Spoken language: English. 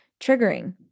triggering